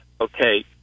Okay